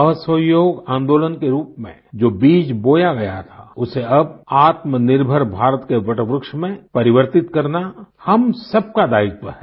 असहयोग आंदोलन के रूप में जो बीज बोया गया था उसे अब आत्मनिर्भर भारत के वट वृक्ष में परिवर्तित करना हम सब का दायित्व है